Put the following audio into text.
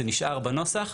זה נשאר בנוסח.